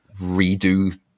redo